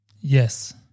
Yes